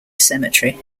cemetery